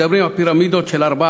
מדבר על פירמידות של ארבע,